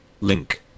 Link